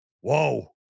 Whoa